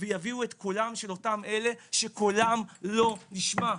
ויביאו את קולם של אותם אלה שקולם לא נשמע.